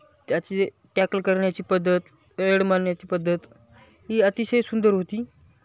त्याची ए टॅकल करण्याची पद्धत रेड मारण्याची पद्धत ही अतिशय सुंदर होती